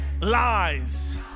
lies